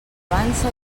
vansa